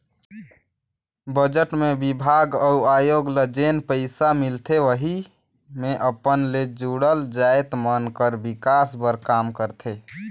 budget मे बिभाग अउ आयोग ल जेन पइसा मिलथे वहीं मे अपन ले जुड़ल जाएत मन कर बिकास बर काम करथे